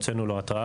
הוצאנו לו התראה